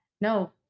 no